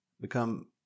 become